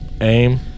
aim